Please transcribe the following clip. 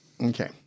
Okay